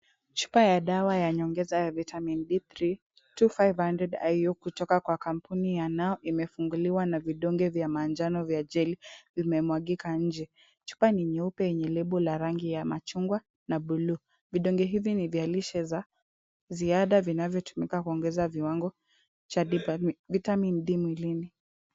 Chupa ya dawa ya nyongeza ya vitamin D-3 2500 IU kutoka kwa kampuni ya Now, imefunguliwa na vidonge vya manjano vya gel vimemwagika nje. Chupa ni nyeupe yenye lebo ya rangi ya machungwa na buluu. Vidonge hivi ni vya lishe za ziada vinavyotumika kuongeza viwango cha vitamin D mwilini.